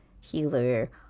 healer